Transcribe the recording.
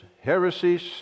heresies